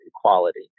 equality